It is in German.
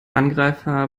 angreifer